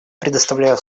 предоставляю